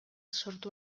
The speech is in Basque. sortu